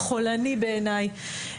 חולני בעיניי,